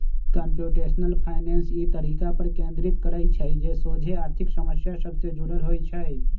computational finance इ तरीका पर केन्द्रित करइ छइ जे सोझे आर्थिक समस्या सभ से जुड़ल होइ छइ